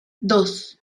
dos